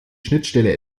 schnittstelle